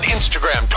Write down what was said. Instagram